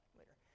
later